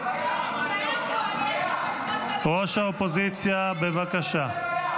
--- ראש האופוזיציה, בבקשה.